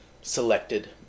selected